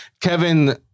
Kevin